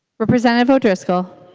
representative o'driscoll